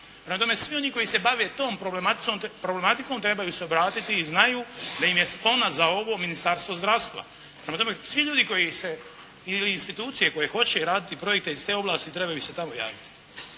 Prema tome, svi oni koji se bave tom problematikom trebaju se obratiti i znaju da im je spona za ovo Ministarstvo zdravstva. Prema tome, svi ljudi koji se, ili institucije koje hoće raditi projekte iz te oblasti trebaju se tamo javiti,